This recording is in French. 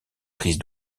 prise